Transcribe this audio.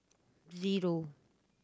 zero